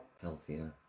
healthier